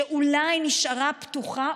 שאולי נשארה פתוחה,